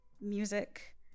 music